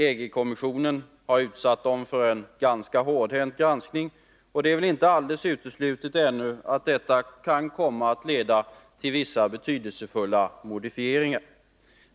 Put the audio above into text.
EG-kommissionen har utsatt dem för en ganska hårdhänt granskning, och det är väl inte uteslutet att detta kan komma att leda till vissa betydelsefulla modifieringar.